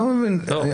לא,